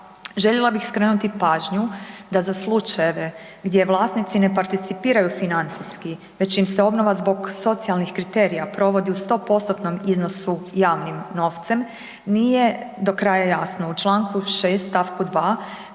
Željela bih skrenuti pažnju da za slučajeve gdje vlasnici ne participiraju financijski, već im se obnova zbog socijalnih kriterija provodi u 100% iznosu javnim novcem, nije do kraja jasna, u članku 6., stavku 2.,